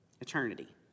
eternity